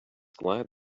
glad